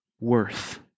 worth